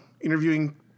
interviewing